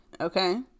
Okay